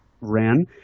ran